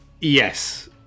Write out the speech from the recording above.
Yes